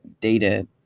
data